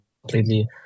completely